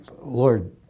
Lord